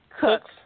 Cooks